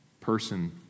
person